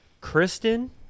Kristen